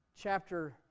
chapter